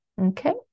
Okay